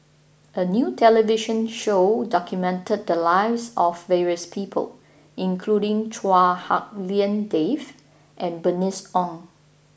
a new television show documented the lives of various people including Chua Hak Lien Dave and Bernice Ong